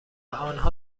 آنها